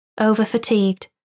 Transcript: over-fatigued